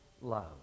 love